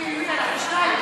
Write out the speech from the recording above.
הצבעה על האי-אמון, כן.